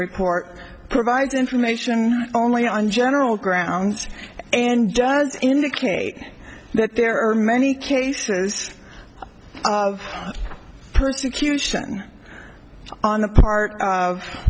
report provides information only on general grounds and does indicate that there are many cases of persecution on the part of